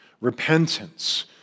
Repentance